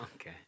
Okay